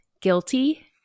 guilty